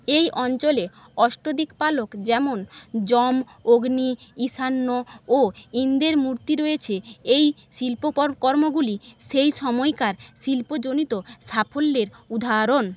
এই অঞ্চলে অষ্টদিকপালক যেমন যম অগ্নি ঈশান্য ও ইন্দ্রের মূর্তি রয়েছে এই শিল্প কর্মগুলি সেই সময়কার শিল্পজনিত সাফল্যের উদাহরণ